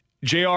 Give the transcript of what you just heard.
JR